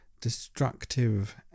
destructive